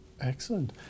Excellent